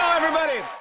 everybody!